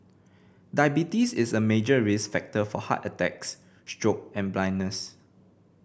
diabetes is a major risk factor for heart attacks stroke and blindness